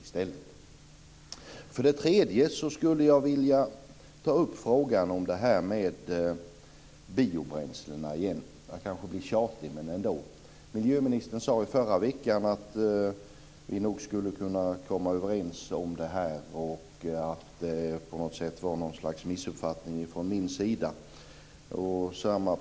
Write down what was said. Jag kanske blir tjatig, men jag skulle vilja ta upp frågan om biobränslen igen. Miljöministern sade i förra veckan att vi nog skulle kunna komma överens om det här, och att det rådde någon sorts missuppfattning från min sida.